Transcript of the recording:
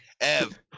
Ev